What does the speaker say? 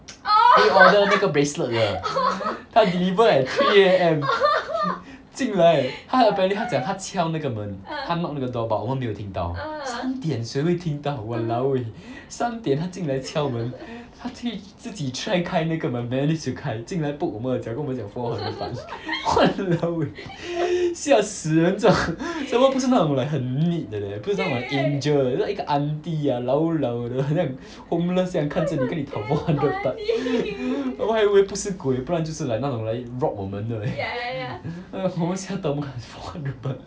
来 order 那个 bracelet 的她 deliver at three A_M 进来她 apparently 她讲她敲那个门她 knock 那个 door but 我们没有听到三点谁会听到 !walao! eh 三点她进来敲门她去自己 try 开那个门 managed to 开进来 poke 我们的脚跟我们讲 four hundred baht !walao! eh 吓死人 some more 不是那种 like 很 lit 的 leh 不是那种 like angel leh 很像一个 auntie ah 老老的很像 homeless 这样看着你跟你讨 four hundred baht 我们还以为不是鬼不然就是 like 那种来 rob 我们的 leh 我们吓到我们讲 four hundred baht